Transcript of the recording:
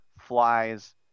flies